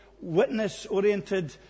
witness-oriented